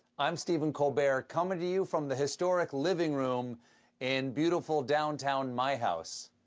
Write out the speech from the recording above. i'm stephen colbert, coming to you from the historic living room in beautiful downtown my house.